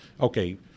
okay